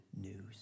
news